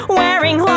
wearing